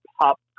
pop